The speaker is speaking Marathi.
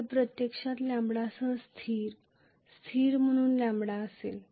हे प्रत्यक्षात लॅम्ब्डासह स्थिर स्थिर म्हणून लँबडा असेल